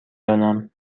دانم